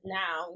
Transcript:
now